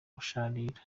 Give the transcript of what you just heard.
usharira